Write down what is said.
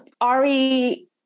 Ari